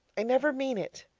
i never mean it.